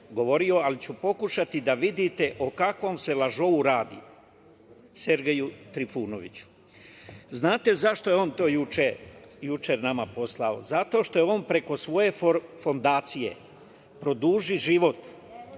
ali ću pokušati da vidite o kakvom se lažovu radi – Sergeju Trifunoviću. Znate zašto je on to juče nama poslao? Zato što je on preko svoje Fondacije „Produži život“